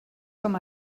com